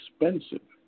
expensive